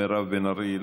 מירב בן ארי,